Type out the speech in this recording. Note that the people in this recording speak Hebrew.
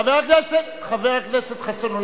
חבר הכנסת חסון,